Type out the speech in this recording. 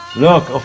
look,